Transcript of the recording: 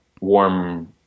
warm